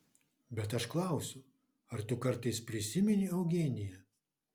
bet aš klausiu ar tu kartais prisimeni eugeniją